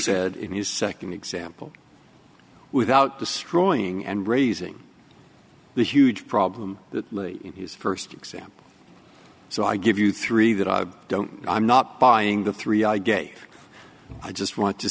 said in his second example without destroying and raising the huge problem that in his first example so i give you three that i don't i'm not buying the three i gave i just want to